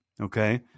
Okay